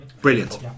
Brilliant